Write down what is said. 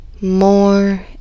More